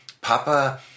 Papa